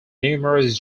numerous